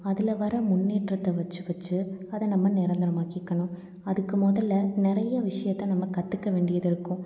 அதில் வர முன்னேற்றத்தை வச்சு வச்சு அதை நம்ம நிரந்தரமாக்கிக்கணும் அதுக்கு முதல்ல நிறைய விஷயத்த நம்ம கற்றுக்க வேண்டியது இருக்கும்